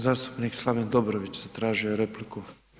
Zastupnik Slaven Dobrović zatražio je repliku.